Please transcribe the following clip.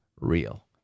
real